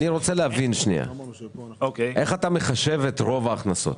אני רוצה להבין איך אתה מחשב את "רוב ההכנסות".